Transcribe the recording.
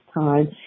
time